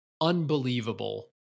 unbelievable